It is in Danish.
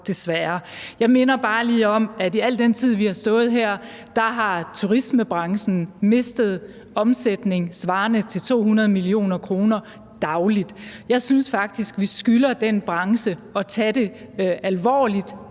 Jeg minder bare lige om, at i al den tid, vi har stået her, har turismebranchen mistet omsætning svarende til 200 mio. kr. om dagen. Jeg syntes faktisk, vi skylder den branche at tage de ting,